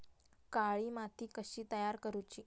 काळी माती कशी तयार करूची?